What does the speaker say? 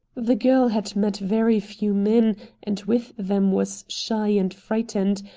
the girl had met very few men and with them was shy and frightened,